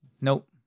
Nope